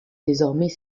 désormais